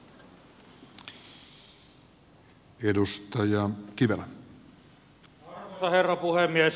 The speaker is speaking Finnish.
arvoisa herra puhemies